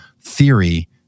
theory